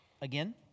Again